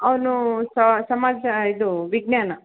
ಅವನು ಸಮಾಜ ಇದು ವಿಜ್ಞಾನ